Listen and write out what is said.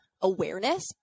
awareness